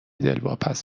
دلواپس